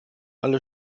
alle